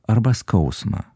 arba skausmą